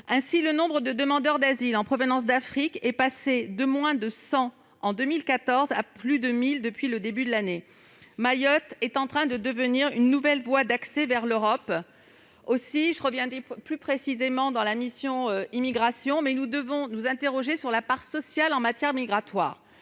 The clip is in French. Ainsi, le nombre de demandeurs d'asile en provenance d'Afrique est passé de moins de 100, en 2014, à plus de 1000 cette année. Mayotte est en train de devenir une nouvelle voie d'accès vers l'Europe. Même si ce sujet relève plus précisément de la mission « Immigration, asile et intégration », nous devons nous interroger sur la part sociale en matière migratoire.